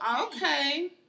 okay